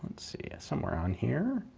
it's somewhere on here,